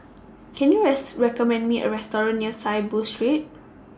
Can YOU rest recommend Me A Restaurant near Saiboo Street